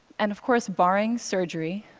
and of course, barring surgery,